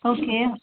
okay